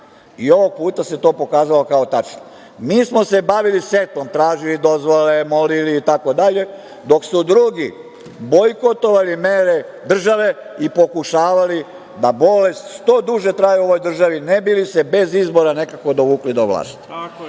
i ovog puta se to pokazalo kao tačno. Mi smo se bavili setvom, tražili dozvole, molili, itd, dok su drugi bojkotovali mere države i pokušavali da bolest što duže traje u ovoj državi, ne bi li se bez izbora nekako dovukli do vlasti. Dame